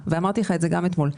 ואמרתי לך גם אתמול,